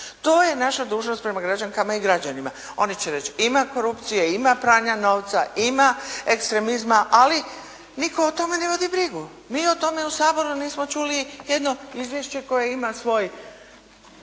To je naša dužnost prema građankama i građanima. Oni će reći ima korupcije, ima pranja novca, ima ekstremizma ali nitko o tome ne vodi brigu. Mi o tome u Saboru nismo čuli jedno izvješće koje ima svoj